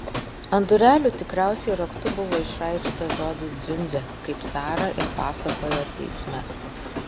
ant durelių tikriausiai raktu buvo išraižytas žodis dziundzė kaip sara ir pasakojo teisme